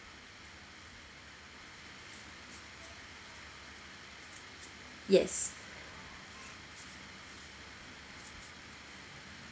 yes